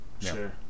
Sure